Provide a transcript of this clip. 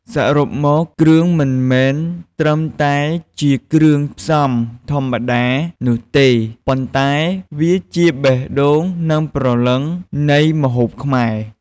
សរុបមក គ្រឿង មិនមែនត្រឹមតែជាគ្រឿងផ្សំធម្មតានោះទេ ប៉ុន្តែវាជា បេះដូង និងព្រលឹង នៃម្ហូបខ្មែរ។